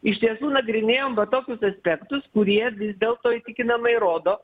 iš tiesų nagrinėjom tokius aspektus kurie vis dėlto įtikinamai rodo